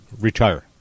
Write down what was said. retire